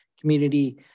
community